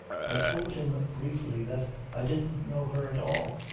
i told him briefly that i didn't know her at all.